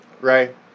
Right